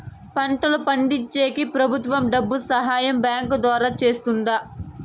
పంటలు పండించేకి ప్రభుత్వం డబ్బు సహాయం బ్యాంకు ద్వారా చేస్తుందా?